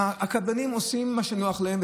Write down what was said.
הקבלנים עושים מה שנוח להם,